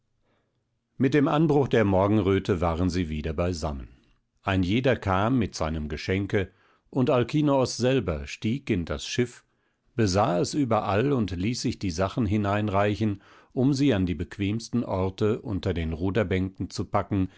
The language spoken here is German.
mit dem anbruch der morgenröte waren sie wieder beisammen ein jeder kam mit seinem geschenke und alkinoos selber stieg in das schiff besah es überall und ließ sich die sachen hineinreichen um sie an die bequemsten orte unter den ruderbänken zu packen